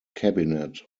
cabinet